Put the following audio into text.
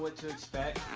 but to expect.